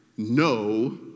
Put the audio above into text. no